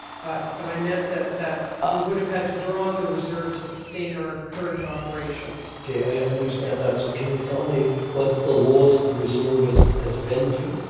but but i meant that that we would have had to draw on the reserve to sustain our current operations. i understand that. so can you tell me what's the lowest the reserve has has been to?